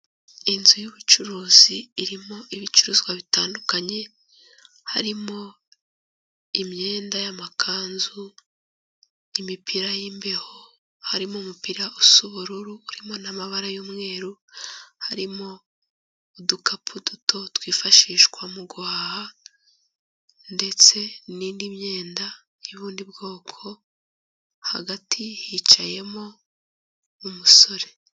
Inzu y'ubucuruzi irimo ibicuruzwa bitandukanye, harimo imyenda y'amakanzu, imipira y'imbeho, harimo umupira usa ubururu urimo n'amabara y'umweru, harimo udukapu duto twifashishwa mu guhaha ndetse n'indi myenda y'ubundi bwoko, hagati hicayemo umusore.